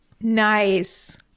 Nice